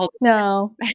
no